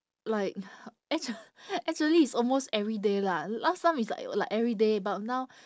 like actua~ actually it's almost everyday lah last time is like like everyday but now